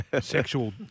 sexual